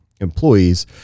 employees